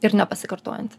ir nepasikartojanti